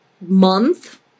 month